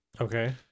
Okay